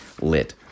lit